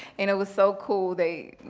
and it was so cool. they,